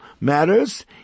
matters